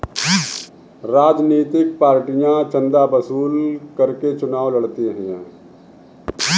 राजनीतिक पार्टियां चंदा वसूल करके चुनाव लड़ती हैं